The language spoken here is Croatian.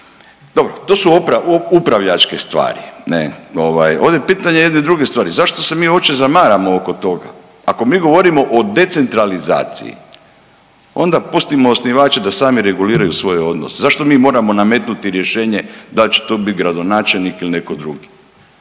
Dobro, to su upravljačke stvari, ne, ovdje je pitanje jedne druge stvari. Zašto se mi uopće zamaramo oko toga? Ako mi govorimo o decentralizaciji, onda pustimo osnivače da sami reguliraju svoje odnose. Zašto mi moramo nametnuti rješenje da će to biti gradonačelnik ili netko drugi?